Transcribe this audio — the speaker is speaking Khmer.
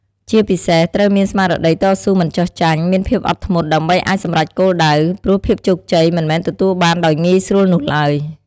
ជាពិសេសត្រូវ មានស្មារតីតស៊ូមិនចុះចាញ់ មានភាពអត់ធ្មត់ ដើម្បីអាចសម្រេចគោលដៅ ព្រោះភាពជោគជ័យមិនមែនទទួលបានដោយងាយស្រួលនោះឡើយ។